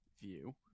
View